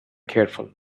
careful